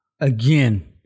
again